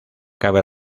cabe